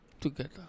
together